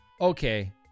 Okay